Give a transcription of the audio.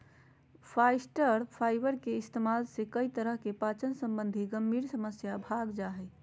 फास्इटर फाइबर के इस्तेमाल से कई तरह की पाचन संबंधी गंभीर समस्या भाग जा हइ